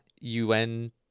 UN